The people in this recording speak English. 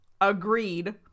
agreed